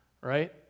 right